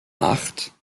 acht